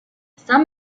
some